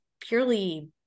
purely